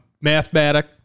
Mathematic